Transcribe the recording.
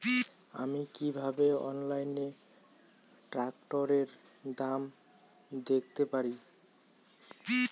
আমি কিভাবে অনলাইনে ট্রাক্টরের দাম দেখতে পারি?